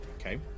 Okay